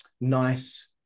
nice